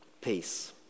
Peace